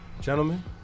Gentlemen